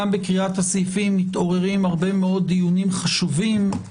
גם בקריאת הסעיפים מתעוררים הרבה מאוד דיונים חשובים.